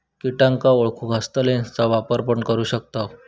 किटांका ओळखूक हस्तलेंसचा वापर पण करू शकताव